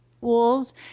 tools